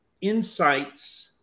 insights